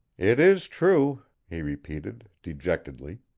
it is true, he repeated, dejectedly.